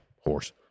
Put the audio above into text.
horse